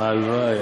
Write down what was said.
הלוואי.